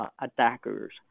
attackers